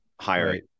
Higher